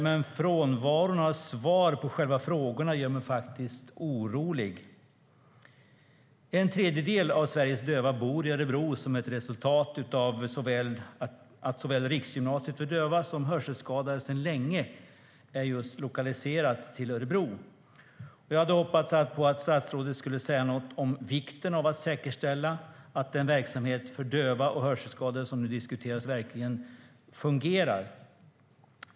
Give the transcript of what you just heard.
Men frånvaron av svar på själva frågorna gör mig faktiskt orolig. En tredjedel av Sveriges döva bor i Örebro som ett resultat av att Riksgymnasiet för döva och hörselskadade sedan länge är lokaliserat dit. Jag hade hoppats på att statsrådet skulle säga något om vikten av att säkerställa att den verksamhet för döva och hörselskadade som nu diskuteras verkligen fungerar.